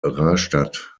rastatt